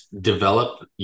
develop